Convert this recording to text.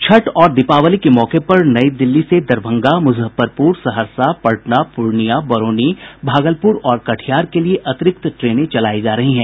छठ और दिवाली के मौके पर नई दिल्ली से दरभंगा मुजफ्फरपुर सहरसा पटना पूर्णिया बरौनी भागलपुर और कटिहार के लिए अतिरिक्त ट्रेनें चलाई जा रही हैं